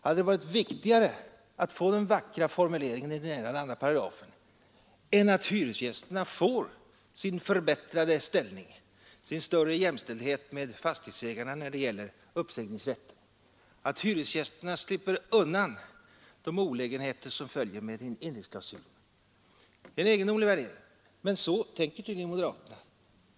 Hade det varit viktigare att få den vackrare formuleringen i den ena eller andra paragrafen än att hyresgästerna får sin förbättrade ställning, sin större jämställdhet med fastighetsägarna när det gäller uppsägningsrätten, att hyresgästerna slipper undan de olägenheter som följer med klausuler etc. Det är en egendomlig värdering, men så tänker tydligen moderaterna.